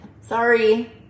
sorry